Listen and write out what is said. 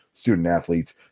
student-athletes